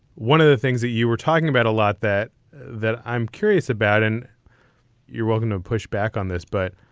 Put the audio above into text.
one of the things that you were talking about a lot that that i'm curious about and you're going to push back on this, but.